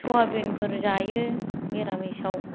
स'याबिनफोर जायो निरामिसयाव